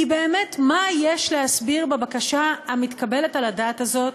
כי באמת מה יש להסביר בבקשה המתקבלת על הדעת הזאת,